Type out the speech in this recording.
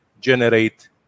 generate